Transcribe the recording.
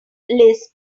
lisp